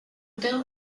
bill